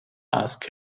ask